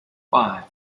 five